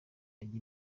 ajya